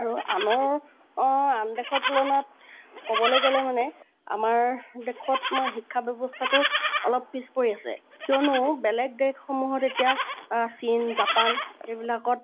আৰু আনৰ আন দেশৰ তুলনাত ক'বলৈ গ'লে মানে আমাৰ দেশত শিক্ষা ব্যৱস্থাটো অলপ পিছ পৰি আছে কিয়নো বেলেগ দেশসমূহত এতিয়া চীন জাপান সেইবিলাকত